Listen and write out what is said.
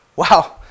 Wow